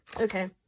Okay